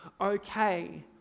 Okay